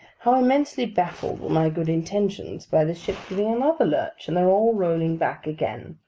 how immensely baffled were my good intentions by the ship giving another lurch, and their all rolling back again!